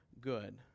good